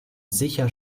sicher